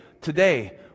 today